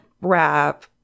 wrap